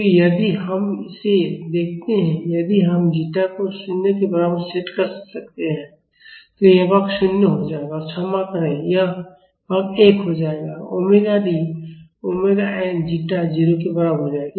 तो यदि हम इसे देखते हैं यदि हम जीटा को 0 के बराबर सेट कर सकते हैं तो यह भाग 0 हो जाएगा क्षमा करें यह भाग 1 हो जाएगा और omega d omega n zeta 0 के बराबर हो जाएगा